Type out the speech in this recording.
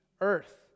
earth